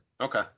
Okay